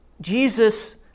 Jesus